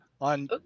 on